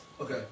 Okay